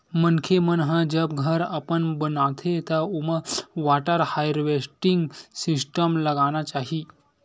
मनखे मन ह जब घर अपन बनाथे त ओमा वाटर हारवेस्टिंग सिस्टम लगाना चाही